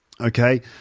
okay